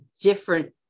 different